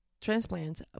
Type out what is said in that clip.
transplants